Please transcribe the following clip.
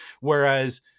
Whereas